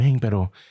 pero